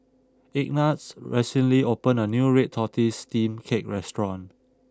Ignatz recently opened a new Red Tortoise Steamed Cake restaurant